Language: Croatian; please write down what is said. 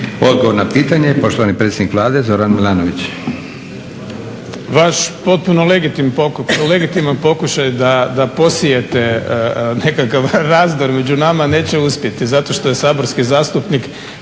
Odgovor na pitanje, poštovani predsjednik Vlade Zoran Milanović. **Milanović, Zoran (SDP)** Vaš potpuno legitiman pokušaj da posijete nekakav razdor među nama neće uspjeti zato što je saborski zastupnik